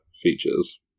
features